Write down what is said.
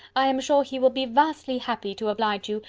i am sure he will be vastly happy to oblige you,